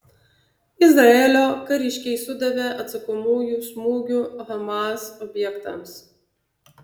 izraelio kariškiai sudavė atsakomųjų smūgių hamas objektams